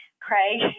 Craig